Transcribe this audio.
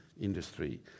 industry